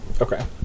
Okay